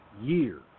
years